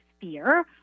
fear